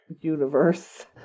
universe